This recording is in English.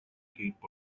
heap